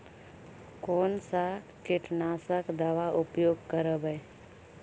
कोन सा कीटनाशक दवा उपयोग करबय?